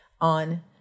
on